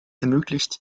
ermöglicht